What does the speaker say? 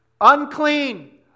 unclean